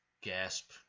gasp